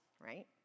right